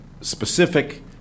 specific